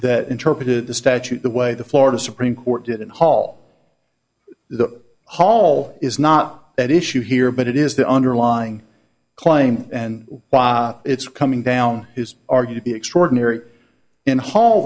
that interpreted the statute the way the florida supreme court did in hall the hall is not at issue here but it is the underlying claim and it's coming down is argued extraordinary in hall